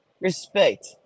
Respect